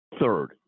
Third